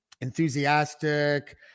enthusiastic